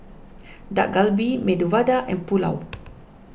Dak Galbi Medu Vada and Pulao